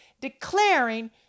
declaring